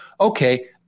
okay